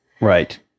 Right